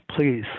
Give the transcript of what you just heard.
please